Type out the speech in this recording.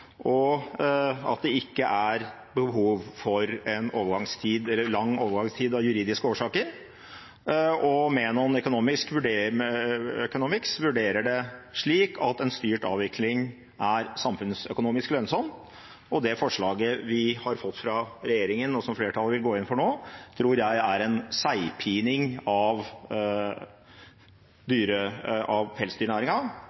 og at det ikke er behov for en lang overgangstid av juridiske årsaker. Menon Economics vurderer det slik at en styrt avvikling er samfunnsøkonomisk lønnsom. Det forslaget vi har fått fra regjeringen, og som flertallet vil gå inn for nå, tror jeg er en seigpining av